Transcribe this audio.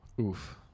Oof